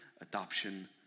adoption